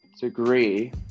degree